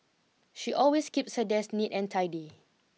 she always keeps her desk neat and tidy